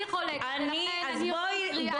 חולקת עלייך, אני מצטערת.